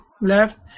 left